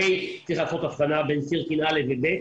צריך לעשות הבחנה בין סירקין א' ו-ב',